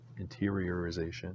interiorization